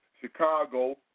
Chicago